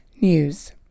news